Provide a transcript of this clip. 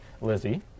Lizzie